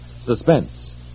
Suspense